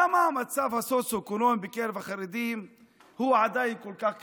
למה המצב הסוציו-אקונומי בקרב החרדים עדיין כל כך קשה?